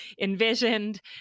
envisioned